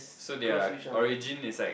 so their origin is like